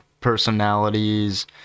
personalities